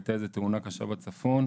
הייתה איזו תאונה קשה בצפון,